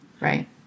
Right